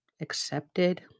accepted